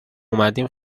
اومدیم